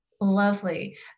Lovely